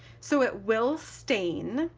so it will stain,